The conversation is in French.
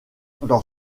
dans